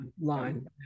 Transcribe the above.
line